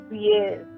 Yes